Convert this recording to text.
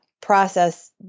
process